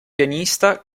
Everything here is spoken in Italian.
pianista